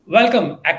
Welcome